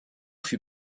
fut